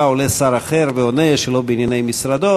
עולה שר אחר ועונה שלא בענייני משרדו,